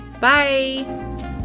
Bye